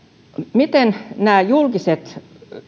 miten julkiset